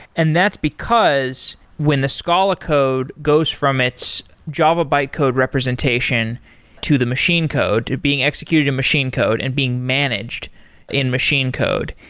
and that's because when the scala code goes from its java bytecode representation to the machine code, being executed in machine code and being managed in machine code,